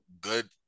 good